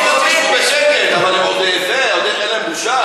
רק אמרתי לפחות שישבו בשקט, אבל עוד אין להם בושה.